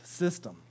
system